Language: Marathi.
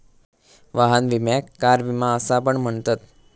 वाहन विम्याक कार विमा असा पण म्हणतत